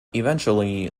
eventually